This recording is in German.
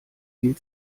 viel